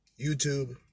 YouTube